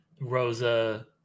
Rosa